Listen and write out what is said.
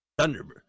Thunderbird